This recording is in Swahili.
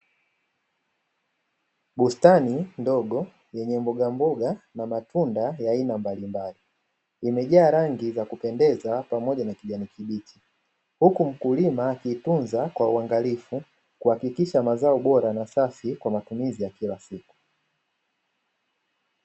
Bustani ndogo yenye mbogamboga na matunda ya aina mbalimbali, limejaa rangi za kupendeza pamoja na kijani kibichi, huku mkulima akiitunza kwa uangalifu, kuhakikisha mazao bora na safi kwa matumizi ya kila siku.